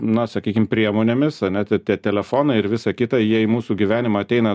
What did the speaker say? na sakykim priemonėmis ane tie tie telefoną ir visa kita jie į mūsų gyvenimą ateina